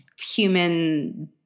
human